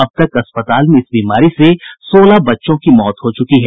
अब तक अस्पताल में इस बीमारी से सोलह बच्चों की मौत हो चुकी है